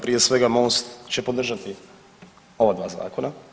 Prije svega Most će podržati ova dva zakona.